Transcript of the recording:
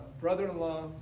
brother-in-law